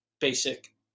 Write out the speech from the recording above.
Basic